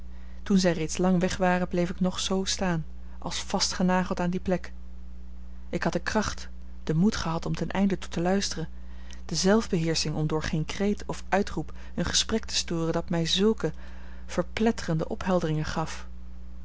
toen zij reeds lang weg waren bleef ik nog z staan als vastgenageld aan die plek ik had de kracht den moed gehad om ten einde toe te luisteren de zelfbeheersching om door geen kreet of uitroep een gesprek te storen dat mij zulke verpletterende ophelderingen gaf